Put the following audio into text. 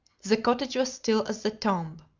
the cottage was still as the tomb.